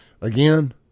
again